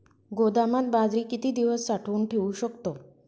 गोदामात बाजरी किती दिवस साठवून ठेवू शकतो?